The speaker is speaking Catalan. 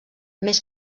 més